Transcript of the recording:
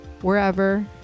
wherever